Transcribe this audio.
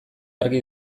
argi